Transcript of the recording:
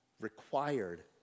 required